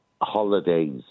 holidays